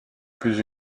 plus